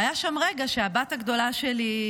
והיה שם רגע שהבת הגדולה שלי,